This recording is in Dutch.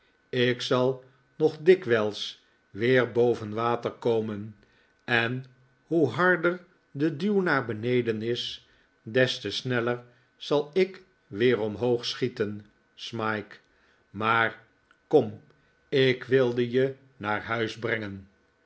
ik zal nog dikwijls weer boven water komen en hoe harder de duw naar beneden is des te sneller zal ik weer omhoog schieten smike maar kom ik wilde je naar huis brengen